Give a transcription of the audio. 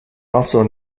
also